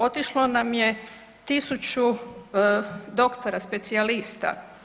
Otišlo nam je 1000 doktora specijalista.